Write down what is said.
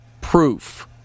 proof